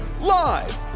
live